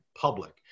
public